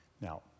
Now